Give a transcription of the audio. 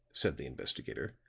said the investigator,